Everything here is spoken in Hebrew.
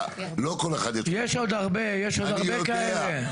יש עוד הרבה כאלה,